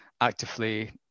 actively